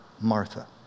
Martha